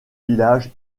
village